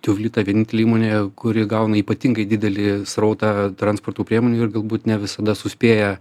tiuvlita vienintelė įmonė kuri gauna ypatingai didelį srautą transporto priemonių ir galbūt ne visada suspėja